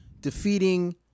defeating